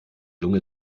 lunge